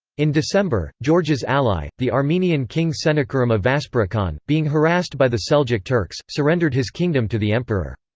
in december, george's ally, the armenian king senekerim of vaspurakan, being harassed by the seljuk turks, surrendered his kingdom to the emperor.